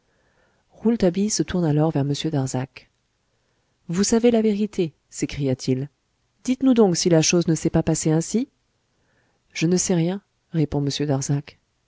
rouletabille se tourne alors vers m darzac vous savez la vérité s'écria-t-il dites-nous donc si la chose ne s'est pas passée ainsi je ne sais rien répond